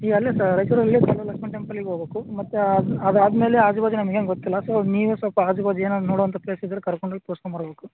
ಈಗ ಅಲ್ಲೇ ಸ ರಾಯ್ಚೂರಲ್ಲೇ ಕಲ್ಲೂರು ಲಕ್ಷ್ಮಿನ ಟೆಂಪಲ್ಲಿಗೆ ಹೋಬಕು ಮತ್ತು ಅದಾದ ಮೇಲೆ ಆಜುಬಾಜು ನಮ್ಗೇನೂ ಗೊತ್ತಿಲ್ಲ ಸೊ ನೀವೇ ಸ್ವಲ್ಪ ಆಜುಬಾಜು ಏನಾನ ನೋಡುವಂಥ ಪ್ಲೇಸಿದ್ದರೆ ಕರ್ಕೊಂಡೋಗ್ ತೋರ್ಸ್ಕೊಂಬರ್ಬೇಕು